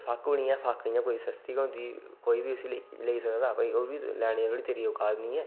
फक्क होनी ऐ फक्क इयां कोई सस्ती के होंदी कोई बी उसी लेई सकदा कोई ओह् बी लैने जोगड़ी तेरी औकात नेईं ऐ